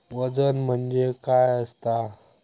वजन म्हणजे काय असता?